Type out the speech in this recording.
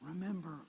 remember